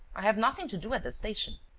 i have nothing to do at the station.